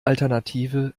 alternative